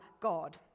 God